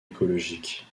écologique